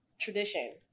tradition